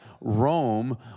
Rome